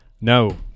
No